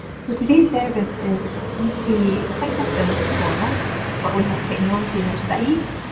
so today's service is going to be quite different for us but we have technology in our side!